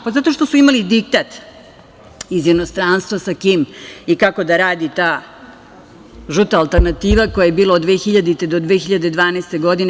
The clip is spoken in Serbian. Pa, zato što su imali diktat iz inostranstva sa kim i kako da radi ta žuta alternativa koja je bila od 2000. do 2012. godine.